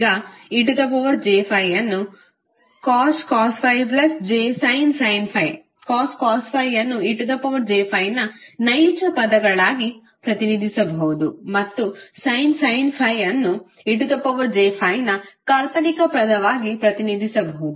ಈಗej∅cos ∅ jsin ∅ cos ∅ ಅನ್ನು ej∅ ನ ನೈಜ ಪದಗಳಾಗಿ ಪ್ರತಿನಿಧಿಸಬಹುದು ಮತ್ತು sin ∅ ಅನ್ನು ej∅ ನ ಕಾಲ್ಪನಿಕ ಪದವಾಗಿ ಪ್ರತಿನಿಧಿಸಬಹುದು